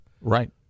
Right